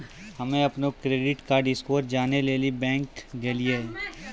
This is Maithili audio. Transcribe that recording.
हम्म अपनो क्रेडिट कार्ड स्कोर जानै लेली बैंक गेलियै